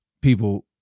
people